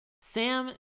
Sam